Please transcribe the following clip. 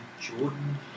Jordan